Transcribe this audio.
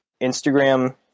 Instagram